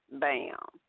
bam